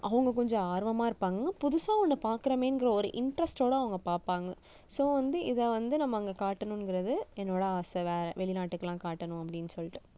அவங்க கொஞ்சம் ஆர்வமா இருப்பாங்கள் புதுசா ஒன்ன பார்க்குறேமேங்கற ஒரு இன்ட்ரெஸ்ட்டோட அவங்க பார்ப்பாங்க ஸோ வந்து இதை வந்து நம்ம அங்கே காட்டுணுங்கறது என்னோடய ஆசை வேற வெளிநாட்டுக்கெலாம் காட்டணும் அப்படின்னு சொல்லிட்டு